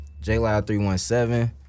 J-Loud317